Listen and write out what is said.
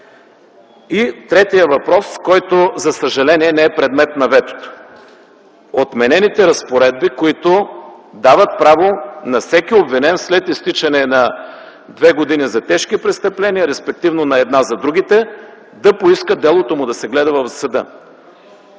И третият въпрос, който за съжаление не е предмет на ветото. Отменени са разпоредби, които дават право на всеки обвинен след изтичане на две години за тежки престъпления, респективно на една за другите, да поиска делото му да се гледа в съда.